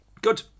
Good